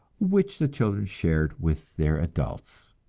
which the children shared with their adults.